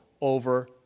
over